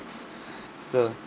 so